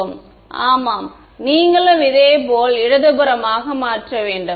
மாணவர் ஆமாம் நீங்களும் இதேபோல் இடதுபுறமாக மாற்ற வேண்டும்